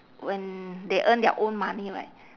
when they earn their own money right